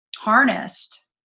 harnessed